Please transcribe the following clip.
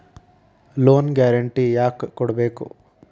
Loan guarantee ಯಾಕ್ ಕೊಡ್ಬೇಕು?